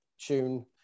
tune